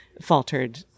faltered